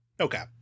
okay